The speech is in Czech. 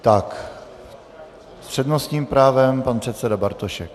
S přednostním právem pan předseda Bartošek.